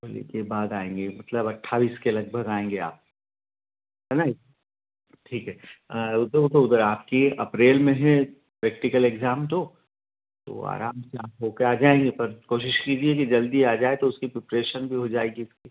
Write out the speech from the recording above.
होली के बाद आएँगे मतलब अट्ठाईस के लगभग आएँगे आप है न ठीक है उ तो उ तो उधर अगर आपकी एक अप्रैल में है प्रेक्टिकल एग्ज़ाम तो वो तो आराम से आप हो के आ जाएँगे पर कोशिश कीजिए कि जल्दी आ जाए तो उसकी प्रीप्रेशन भी हो जाएगी उसकी